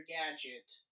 Gadget